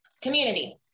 community